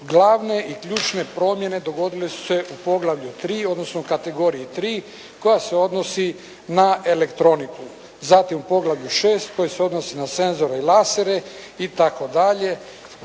glavne i ključne promjene dogodile su se u poglavlju 3, odnosno kategoriji 3, koja se odnosi na elektroniku. Zatim u poglavlju 6, koja se odnosi na senzore i lasere itd.